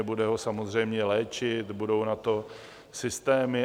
Bude ho samozřejmě léčit, budou na to systémy.